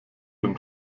dem